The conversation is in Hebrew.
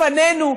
לפנינו,